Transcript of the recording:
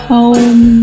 Home